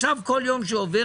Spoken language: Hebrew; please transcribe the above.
כל יום שעובר,